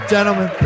Gentlemen